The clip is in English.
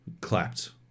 clapped